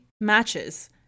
matches